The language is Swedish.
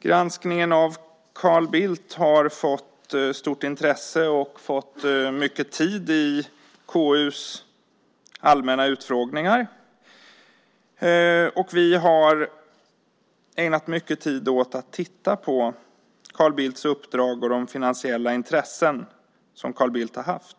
Granskningen av Carl Bildt har rönt stort intresse och fått mycket tid i KU:s allmänna utfrågningar. Vi har ägnat mycket tid åt att titta på Carl Bildts uppdrag och de finansiella intressen som Carl Bildt har haft.